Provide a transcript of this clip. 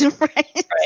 right